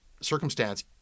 circumstance